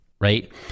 right